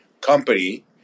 company